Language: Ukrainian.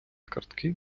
картки